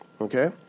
Okay